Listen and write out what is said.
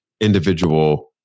individual